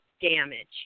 damage